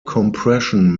compression